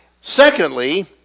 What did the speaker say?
Secondly